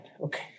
Okay